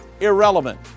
Irrelevant